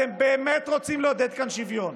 אם אתם באמת רוצים לעודד כאן שוויון